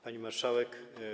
Pani Marszałek!